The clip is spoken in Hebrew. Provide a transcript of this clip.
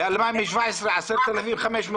ב-2017 10,500,